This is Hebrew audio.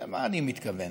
למה אני מתכוון?